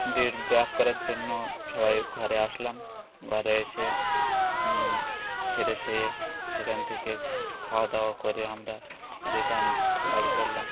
করার জন্য সবাই ঘরে আসলাম ঘরে এসে ফ্রেশ হয়ে সেখান থেকে খাওয়া দাওয়া করে আমরা রিটার্ন বাড়ি ফিরলাম